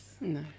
no